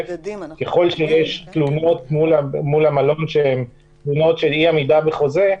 וככל שיש תלונות מול המלון לגבי אי-עמידה בחוזה,